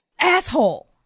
Asshole